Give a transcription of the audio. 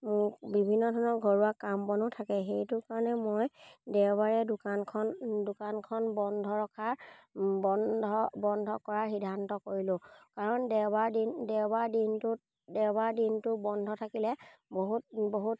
বিভিন্ন ধৰণৰ ঘৰুৱা কাম বনো থাকে সেইটো কাৰণে মই দেওবাৰে দোকানখন দোকানখন বন্ধ ৰখাৰ বন্ধ বন্ধ কৰাৰ সিদ্ধান্ত কৰিলোঁ কাৰণ দেওবাৰ দিন দেওবাৰ দিনটোত দেওবাৰ দিনটো বন্ধ থাকিলে বহুত বহুত